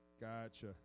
Gotcha